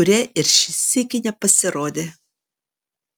kurie ir šį sykį nepasirodė